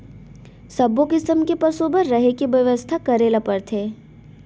सब्बो किसम के पसु बर रहें के बेवस्था करे ल परथे